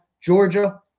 Georgia